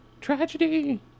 Tragedy